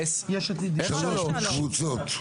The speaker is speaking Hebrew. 15. שלוש קבוצות.